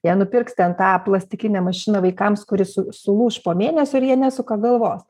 jie nupirks ten tą plastikinę mašiną vaikams kuri su sulūš po mėnesio ir jie nesuka galvos